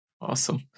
Awesome